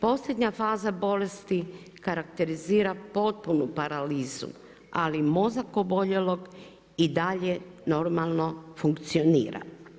Posljednja faza bolesti karakterizira potpunu paralizu, ali mozak oboljelog i dalje normalno funkcionira.